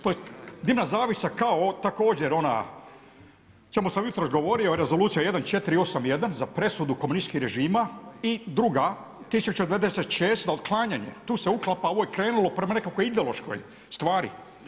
To je dimna zavjesa kao također ona, samo sam jutros govorio Rezolucija 1481 za presudu komunističkih režima i druga … na otklanjanje, tu se uklapa ovo je krenulo prema nekakvoj ideološkoj stvari.